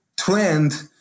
trend